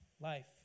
Life